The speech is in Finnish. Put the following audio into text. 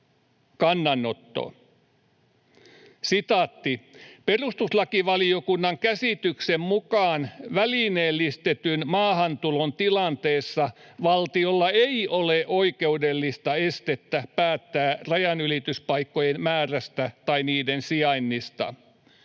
kannanotto: ”Perustuslakivaliokunnan käsityksen mukaan välineellistetyn maahantulon tilanteessa valtiolla ei ole oikeudellista estettä päättää rajanylityspaikkojen määrästä tai niiden sijainnista.